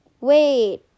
Wait